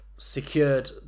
secured